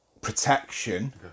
protection